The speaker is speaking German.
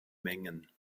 mengen